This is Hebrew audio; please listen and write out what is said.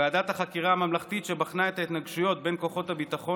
ועדת החקירה הממלכתית שבחנה את ההתנגשויות בין כוחות הביטחון